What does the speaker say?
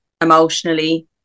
emotionally